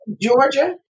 Georgia